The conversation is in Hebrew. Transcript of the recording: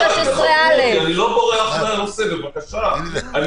מה שעניתי לחבר הכנסת סעדי הוא שהפרשה שהייתה השבוע שאמנם